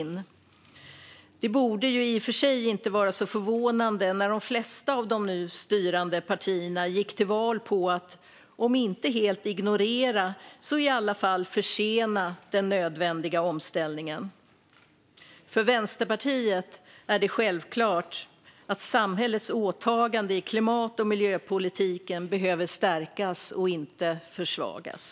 Men det borde i och för sig inte vara så förvånande, med tanke på att de flesta av de nu styrande partierna gick till val på att om inte helt ignorera så i alla fall försena den nödvändiga omställningen. För Vänsterpartiet är det självklart att samhällets åtagande i klimat och miljöpolitiken behöver stärkas och inte försvagas.